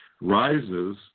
rises